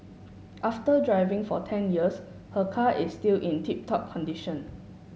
after driving for ten years her car is still in tip top condition